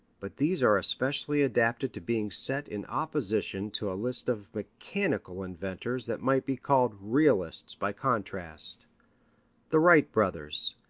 but these are especially adapted to being set in opposition to a list of mechanical inventors that might be called realists by contrast the wright brothers,